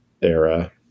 era